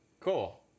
Cool